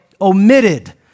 omitted